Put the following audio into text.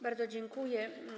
Bardzo dziękuję.